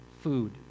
food